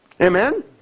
Amen